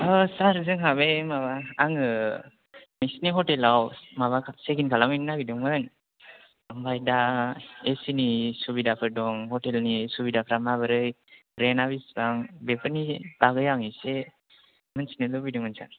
सार जोंहा बे माबा आङो नोंसिनि हटेलाव माबा चेक इन खालामहैनो नागिरदोंमोन ओमफ्राय दा ए चिनि सुबिदाफोर दं हटेलनि सुबिदाफोरा माबोरै रेन्टा बेसेबां बेफोरनि बागै आं एसे मिथिनो लुगैदोंमोन सार